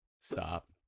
Stop